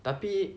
tapi